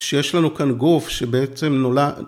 ‫שיש לנו כאן גוף שבעצם נולד.